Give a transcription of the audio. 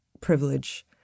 privilege